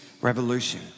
revolution